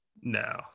No